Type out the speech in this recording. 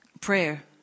Prayer